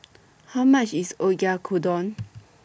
How much IS Oyakodon